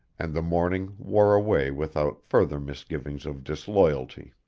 and the morning wore away without further misgivings of disloyalty.